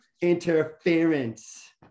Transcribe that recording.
interference